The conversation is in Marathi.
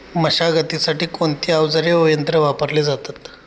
मशागतीसाठी कोणते अवजारे व यंत्र वापरले जातात?